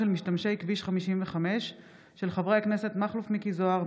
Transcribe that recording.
בהצעתם של חברי הכנסת מכלוף מיקי זוהר,